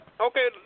Okay